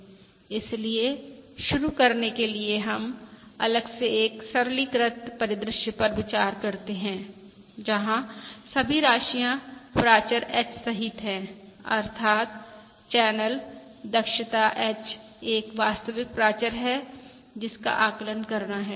इसलिए शुरू करने के लिए हम अलग से एक सरलीकृत परिदृश्य पर विचार करते हैं जहां सभी राशियाँ प्राचर h सहित है अर्थात् चैनल दक्षता h एक वास्तविक प्राचर है जिसका आकलन करना है